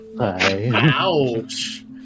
Ouch